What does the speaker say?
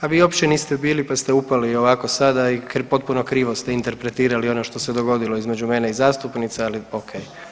A vi uopće niste bili, pa ste upali ovako sada i potpuno krivo ste interpretirali ono što se dogodilo između mene i zastupnice, ali ok.